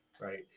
right